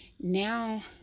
now